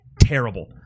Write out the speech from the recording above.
Terrible